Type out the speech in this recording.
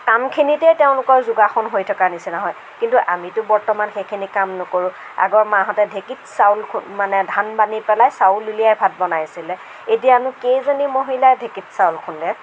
কামখিনিতেই তেওঁলোকৰ যোগাসন হৈ থকাৰ নিচিনা হয় কিন্তু আমিটো বৰ্তমান সেইখিনি কাম নকৰোঁ আগৰ মাহঁতে ঢেঁকীত চাউল মানে ধান বানি পেলাই চাউল উলিয়াই ভাত বনাইছিলে এতিয়ানো কেইজনী মহিলাই ঢেঁকীত চাউল খুন্দে